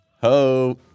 ho